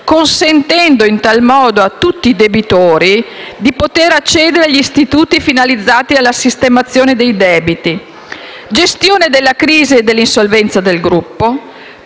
consentendo in tal modo a tutti i debitori di poter accedere agli istituti finalizzati alla sistemazione dei debiti; gestione della crisi e dell'insolvenza del gruppo;